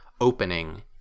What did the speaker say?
opening